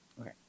okay